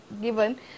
given